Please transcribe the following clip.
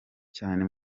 cyane